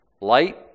Light